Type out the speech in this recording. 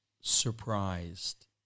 surprised